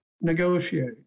negotiate